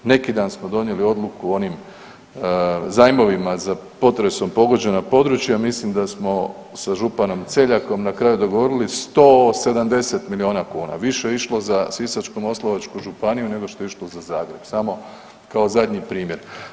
Neki dan smo donijeli odluku o onim zajmovima za potresom pogođena područja, mislim da smo sa županom Celjakom na kraju dogovorili 170 miliona kuna, više je išlo za Sisačko-moslavačku županiju nego što je išlo za Zagreb samo kao zadnji primjer.